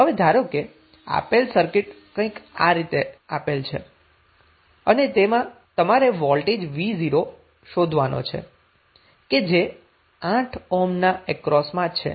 હવે ધારો કે આપેલ સર્કિટ કઈંક આ રીતે આપેલ છે અને તેમાં તમારે વોલ્ટેજ v0 શોધવાનો છે કે જે 8 ઓહ્મના અક્રોસમાં છે